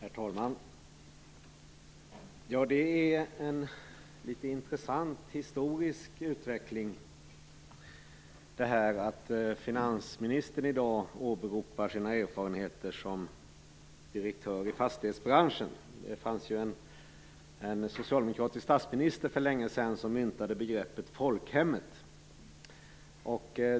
Fru talman! Det är en litet intressant historisk utveckling att finansministern i dag åberopar sina erfarenheter som direktör i fastighetsbranschen. Det fanns en socialdemokratisk statsminister för länge sedan som myntade begreppet folkhemmet.